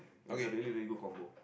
it's a really really good combo